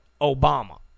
Obama